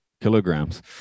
kilograms